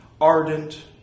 ardent